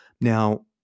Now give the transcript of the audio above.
now